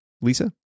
Lisa